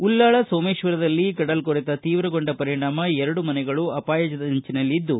ಉಳ್ಳಾಲ ಸೋಮೇಶ್ವರದಲ್ಲಿ ಕಡಲ್ಕೊರೆತ ತೀವ್ರಗೊಂಡ ಪರಿಣಾಮ ಎರಡು ಮನೆಗಳು ಅಪಾಯದಂಚಿನಲ್ಲಿದ್ದು